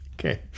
Okay